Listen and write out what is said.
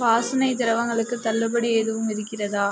வாசனை திரவங்களுக்கு தள்ளுபடி எதுவும் இருக்கிறதா